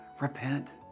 repent